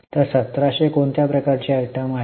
तर 1700 कोणत्या प्रकारची आयटम आहे